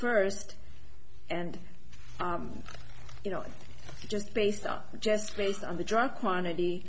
first and you know just based on just based on the drug quantity